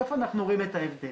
איפה אנחנו רואים את ההבדל?